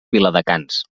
viladecans